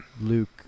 luke